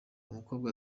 umukobwa